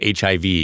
HIV